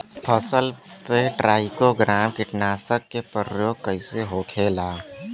फसल पे trichogramma कीटनाशक के प्रयोग कइसे होखेला?